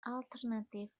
alternative